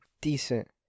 decent